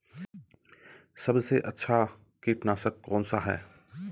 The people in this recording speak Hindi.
सबसे अच्छा कीटनाशक कौनसा है?